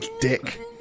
dick